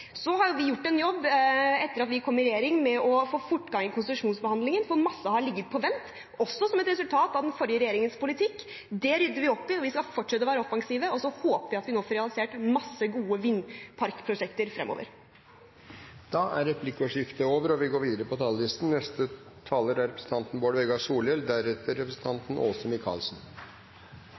Så har vi gjort en jobb etter at vi kom i regjering, med å få fortgang i konsesjonsbehandlingen, for masse har ligget på vent, også som et resultat av den forrige regjeringens politikk. Det rydder vi opp i, og vi skal fortsette å være offensive, og så håper jeg at vi nå får realisert masse gode vindparkprosjekter fremover. Replikkordskiftet er omme. «You campaign in poetry. You govern in prose» er